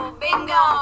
bingo